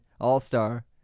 All-Star